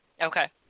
Okay